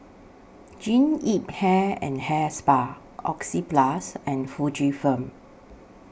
Jean Yip Hair and Hair Spa Oxyplus and Fujifilm